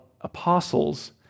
apostles